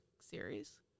series